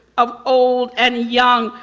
of old and young.